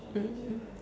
mm